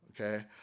okay